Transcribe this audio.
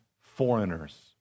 foreigners